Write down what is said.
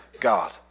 God